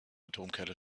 atomkerne